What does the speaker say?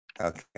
Okay